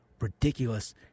ridiculous